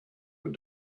were